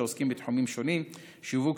שעוסקים בתחומים שונים: שיווק,